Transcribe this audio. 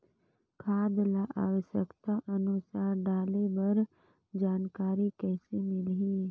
खाद ल आवश्यकता अनुसार डाले बर जानकारी कइसे मिलही?